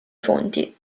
fonti